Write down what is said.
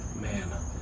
man